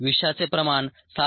विषाचे प्रमाण 7